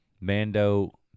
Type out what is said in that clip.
Mando